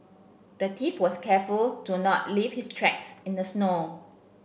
the thief was careful to not leave his tracks in the snow